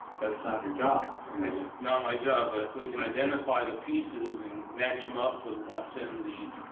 that's not your job. pat and it's not my job, but if we can identify the pieces and match them up with what's in the